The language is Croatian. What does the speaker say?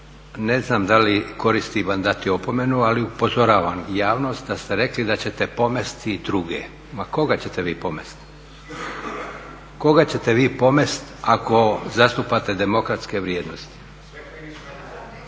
ne znam da li koristi vam dati opomenu, ali upozoravam javnost da ste rekli da ćete pomesti i druge. Ma koga ćete vi pomesti? Koga ćete vi pomesti ako zastupate demokratske vrijednosti? Molim odgovor na repliku,